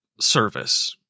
service